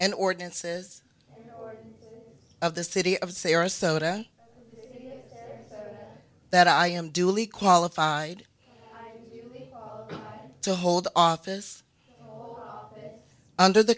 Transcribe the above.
and ordinances of the city of sarasota that i am duly qualified to hold office under the